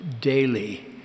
daily